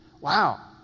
Wow